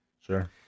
Sure